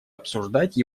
обсуждать